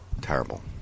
Terrible